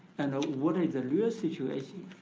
and ah what is the real situation.